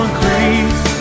grace